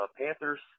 Panthers